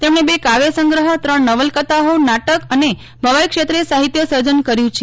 તેમણે બે કાવ્યસંગ્રફ ત્રણ નવલકથાઓ નાટક તથા ભવાઇ ક્ષેત્રે સાહિત્યસર્જન કર્યું છે